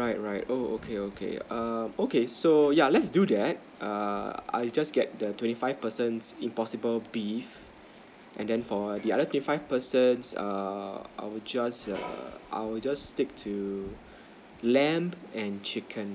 right right oo okay okay um okay so yeah let's do that err I just get the twenty five persons impossible beef and then for the other twenty five persons err I will just err I will just take the lamb and chicken